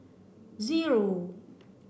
zero